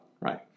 right